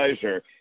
pleasure